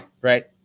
right